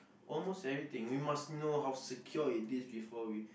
almost everything we must know how secure it is before we